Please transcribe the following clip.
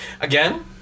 again